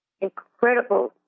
incredible